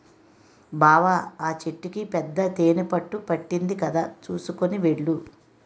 బావా ఆ చెట్టుకి పెద్ద తేనెపట్టు పట్టింది కదా చూసుకొని వెళ్ళు